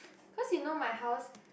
cause you know my house